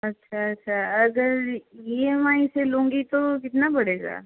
अच्छा अच्छा अगर ई एम आई से लूँगी तो कितना पड़ेगा